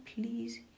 please